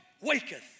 waketh